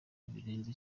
birenze